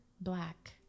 Black